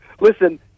listen